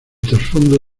trasfondo